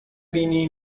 بینی